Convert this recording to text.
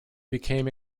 became